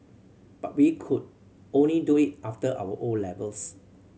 but we could only do it after our O levels